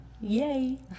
Yay